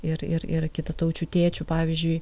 ir ir ir kitataučiu tėčiu pavyzdžiui